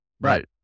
Right